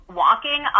walking